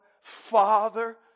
Father